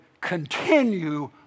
continue